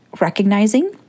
recognizing